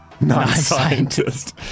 non-scientist